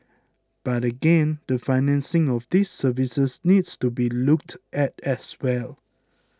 but again the financing of these services needs to be looked at as well